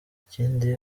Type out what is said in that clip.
ikindi